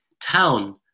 town